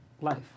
life